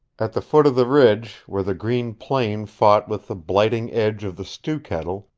at the foot of the ridge, where the green plain fought with the blighting edge of the stew-kettle,